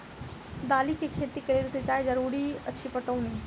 दालि केँ खेती केँ लेल सिंचाई जरूरी अछि पटौनी?